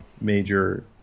major